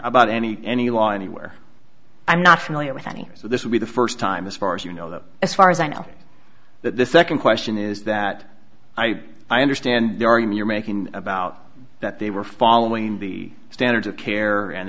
about any any law anywhere i'm not familiar with any so this would be the first time as far as you know as far as i know that the second question is that i understand you're making about that they were following the standards of care and